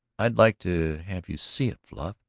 i. like to have you see it, fluff.